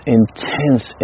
intense